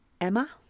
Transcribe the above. Emma